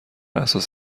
اساس